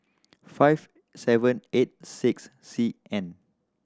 five seven eight six C N